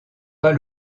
pas